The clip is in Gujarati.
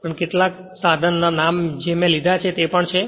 પણ કેટલાક સાધન નામ જે મેં લીધા છે તે પણ છે